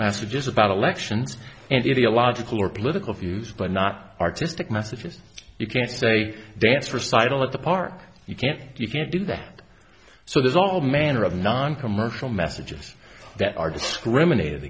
messages about elections and it illogical or political views but not artistic messages you can't say dance recital at the park you can't you can't do that so there's all manner of noncommercial messages that are